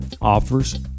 offers